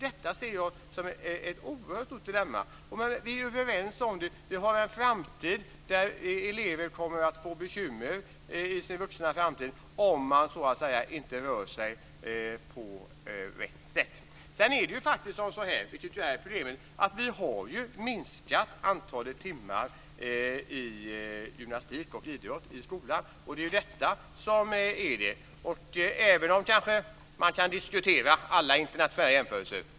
Detta ser jag som ett oerhört stort dilemma. Vi är överens om att elever kommer att få bekymmer i sin vuxna framtid om de inte rör sig på rätt sätt. Vi har minskat antalet timmar i gymnastik och idrott i skolan. Det är detta som är problemet. Man kan kanske diskutera internationella jämförelser.